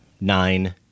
nine